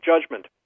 Judgment